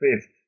fifth